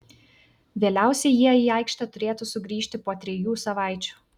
vėliausiai jie į aikštę turėtų sugrįžti po trijų savaičių